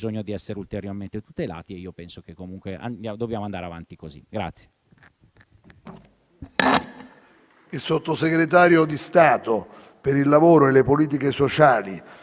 *sottosegretario di Stato per il lavoro e le politiche sociali*.